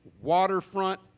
waterfront